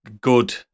good